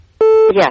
Yes